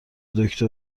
دکتر